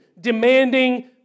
demanding